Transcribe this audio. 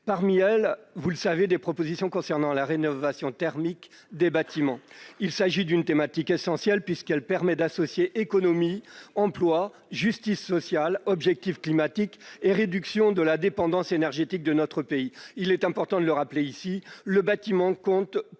comme vous le savez, concernent la rénovation thermique des bâtiments. Il s'agit d'une thématique essentielle, puisqu'elle permet d'associer économie, emploi, justice sociale, objectifs climatiques et réduction de la dépendance énergétique de notre pays. Il est important de rappeler dans cet hémicycle que